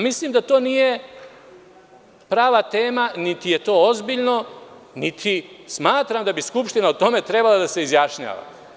Mislim da to nije prava tema, niti je to ozbiljno, niti smatram da bi Skupština trebalo o tome da se izjašnjava.